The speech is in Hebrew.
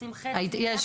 כשעושים חצי מ-150